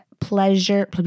Pleasure